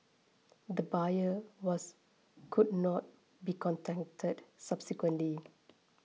the buyer was could not be contacted subsequently